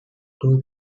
two